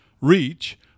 reach